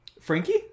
Frankie